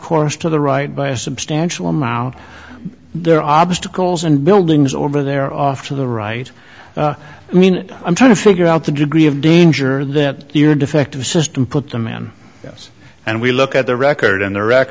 course to the right by a substantial amount there are obstacles and buildings over there off to the right i mean i'm trying to figure out the degree of danger that your defective system put them in yes and we look at their record